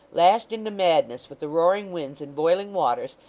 lashed into madness with the roaring winds and boiling waters,